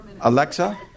Alexa